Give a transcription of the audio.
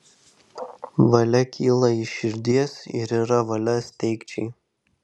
valia kyla iš širdies ir yra valia steigčiai